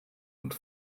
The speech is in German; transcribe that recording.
und